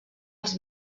els